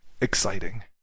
exciting